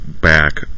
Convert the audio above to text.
back